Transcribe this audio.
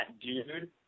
dude